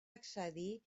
excedir